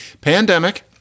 pandemic